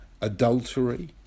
adultery